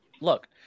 Look